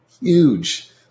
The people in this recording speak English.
Huge